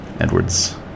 edwards